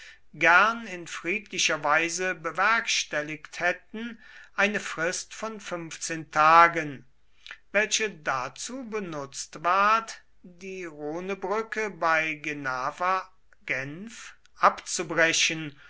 gern in friedlicher weise bewerkstelligt hätten eine frist von fünfzehn tagen welche dazu benutzt ward die rhonebrücke bei genava genf abzubrechen